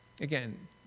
Again